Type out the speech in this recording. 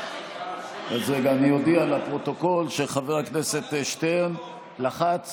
אני אודיע לפרוטוקול שחבר הכנסת שטרן לחץ